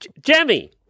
jemmy